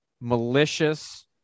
malicious